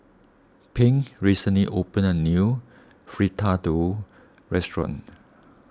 Pink recently opened a new Fritada restaurant